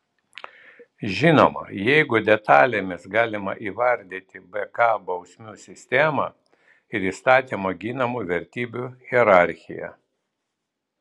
žinoma jeigu detalėmis galima įvardyti bk bausmių sistemą ir įstatymo ginamų vertybių hierarchiją